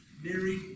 Mary